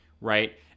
Right